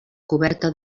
coberta